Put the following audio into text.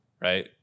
right